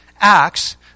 acts